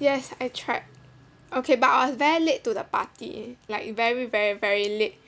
es I tried okay but I was very late to the party like very very very late